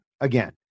again